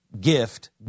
gift